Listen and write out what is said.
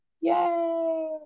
Yay